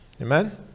Amen